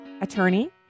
attorney